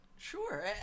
Sure